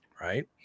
Right